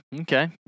okay